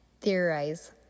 theorize